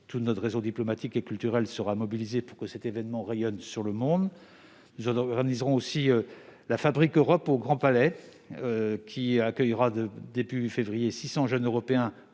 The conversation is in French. Tout notre réseau diplomatique et culturel sera mobilisé pour que cet événement rayonne dans le monde. Nous organiserons aussi la Fabrique Europe au Grand Palais, qui accueillera au début du mois de février six cents jeunes Européens,